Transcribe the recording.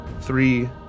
three